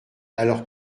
alors